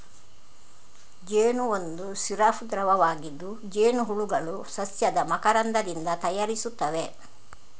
ಜೇನು ಒಂದು ಸಿರಪ್ ದ್ರವವಾಗಿದ್ದು, ಜೇನುಹುಳುಗಳು ಸಸ್ಯದ ಮಕರಂದದಿಂದ ತಯಾರಿಸುತ್ತವೆ